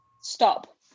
Stop